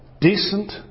decent